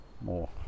more